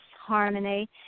harmony